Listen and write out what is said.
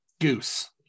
goose